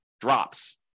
drops